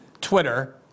Twitter